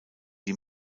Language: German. die